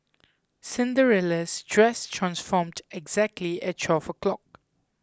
Cinderella's dress transformed exactly at twelve o'clock